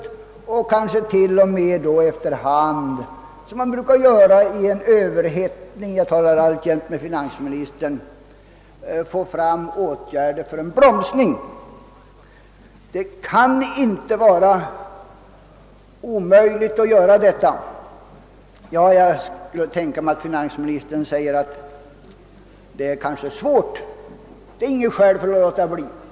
Kanske skulle man t.o.m. efter hand, som brukar ske vid en överhettning — jag talar alltjämt till finansministern — kunna tillgripa direkt bromsande åtgärder. Det kan inte vara omöjligt att göra detta. Jag skulle tänka mig att finansministern menar att allt detta är svårt att genomföra, men det är inget skäl för att underlåta att göra ett försök.